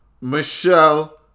Michelle